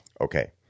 Okay